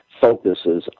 focuses